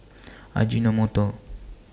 Ajinomoto